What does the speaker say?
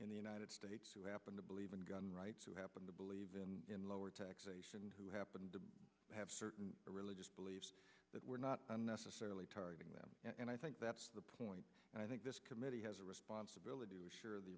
in the united states who happen to believe in gun rights who happen to believe in lower taxation who happen to have certain religious beliefs that we're not necessarily targeting them and i think that's the point and i think this committee has a responsibility to ensure the